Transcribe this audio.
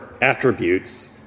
attributes